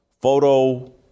photo